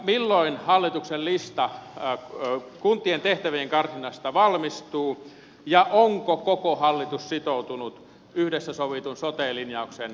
milloin hallituksen lista kuntien tehtävien karsinnasta valmistuu ja onko koko hallitus sitoutunut yhdessä sovitun sote linjauksen läpiviemiseen